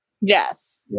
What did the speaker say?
Yes